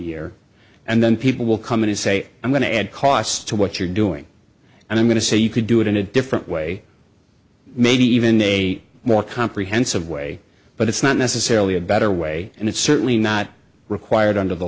year and then people will come in and say i'm going to add cost to what you're doing and i'm going to say you could do it in a different way maybe even a more comprehensive way but it's not necessarily a better way and it's certainly not required under the